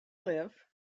live